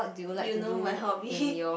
you know my hobby